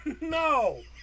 no